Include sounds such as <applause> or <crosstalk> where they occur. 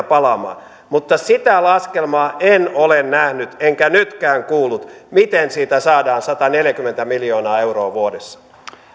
<unintelligible> palaamaan mutta sitä laskelmaa en ole nähnyt enkä nytkään kuullut miten siitä saadaan sataneljäkymmentä miljoonaa euroa vuodessa